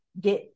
get